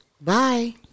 Bye